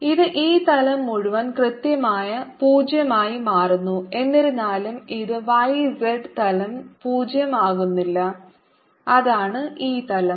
ഇത് ഈ തലം മുഴുവൻ കൃത്യമായ പൂജ്യമായി മാറുന്നു എന്നിരുന്നാലും ഇത് y z തലം പൂജ്യമാക്കുന്നില്ല അതാണ് ഈ തലം